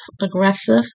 aggressive